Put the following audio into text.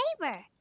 neighbor